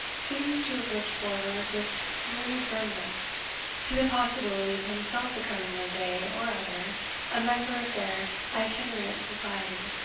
seems to have looked forward with gloomy firmness to the possibility of himself becoming one day or other a member of their itinerant society.